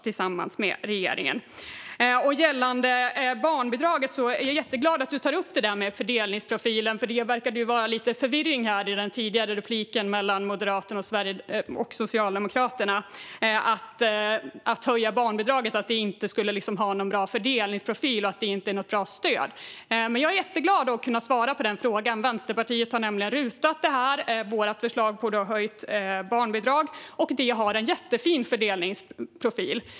Gällande barnbidraget är jag jätteglad att ledamoten tar upp fördelningsprofilen. Det verkade vara lite förvirring i den tidigare repliken mellan Moderaterna och Socialdemokraterna kring att en höjning av barnbidraget inte skulle ha någon bra fördelningsprofil och inte vara ett bra stöd. Jag är jätteglad att kunna svara på den frågan. Vänsterpartiet har nämligen RUT:at vårt förslag om ett höjt barnbidrag, och det har en jättefin fördelningsprofil.